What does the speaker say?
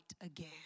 again